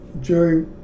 Jerry